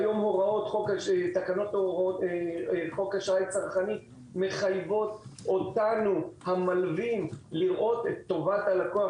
היום תקנות חוק אשראי צרכני מחייבות אותנו המלווים לראות את טובת הלקוח.